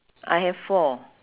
I have four